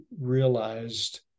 realized